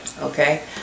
Okay